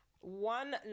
One